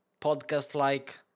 podcast-like